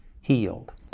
healed